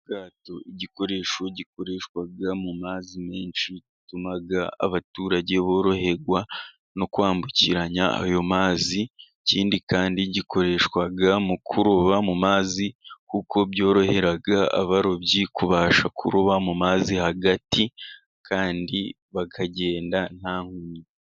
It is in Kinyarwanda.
Ubwato, igikoresho gikoreshwa mu mazi menshi, butuma abaturage boroherwa no kwambukiranya ayo mazi, ikindi kandi gikoreshwa mu kuroba mu mazi, kuko byorohera abarobyi kubasha kururoba mu mazi hagati, kandi bakagenda nta nkomyi.